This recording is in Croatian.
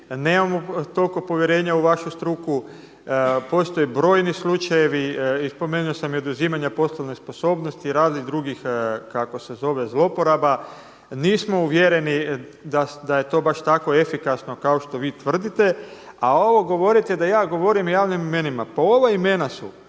nemamo toliko povjerenja u vašu struku. Postoje brojni slučajevi, spomenuo sam i oduzimanja poslovne sposobnosti i raznih drugih kako se zove zlouporaba, nismo uvjereni da je to baš tako efikasno kao što vi tvrdite. A ovo govorite da ja govorim o javnim imenima, pa ova imena su